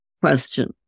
question